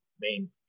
main